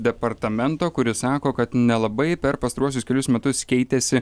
departamento kuris sako kad nelabai per pastaruosius kelius metus keitėsi